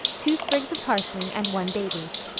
two sprigs of parsley and one bay-leaf.